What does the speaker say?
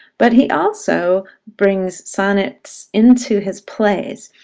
but he also brings sonnets into his plays.